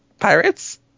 Pirates